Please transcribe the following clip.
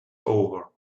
over